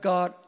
God